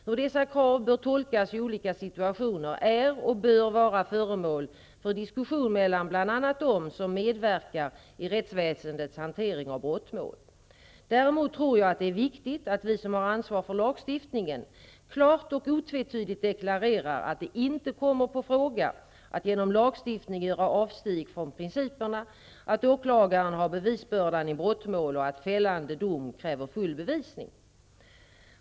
Hur dessa krav bör tolkas i olika situationer är och bör vara föremål för diskussion mellan bl.a. dem som medverkar i rättsväsendets hantering av brottmål. Däremot tror jag att det är viktigt att vi som har ansvar för lagstiftningen klart och otvetydigt deklarerar att det inte kommer på fråga att genom lagstiftning göra avsteg från principerna att åklagaren har bevisbördan i brottmål och att fällande dom kräver full bevisning.